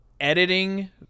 editing